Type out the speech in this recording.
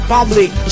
Public